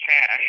cash